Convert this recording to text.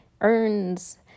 earns